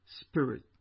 spirit